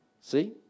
See